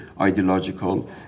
ideological